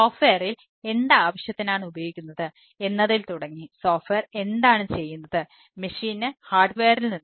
സോഫ്റ്റ്വെയറിൽ